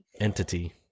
entity